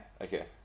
Okay